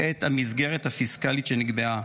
את המסגרת הפיסקלית שנקבעה.